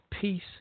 peace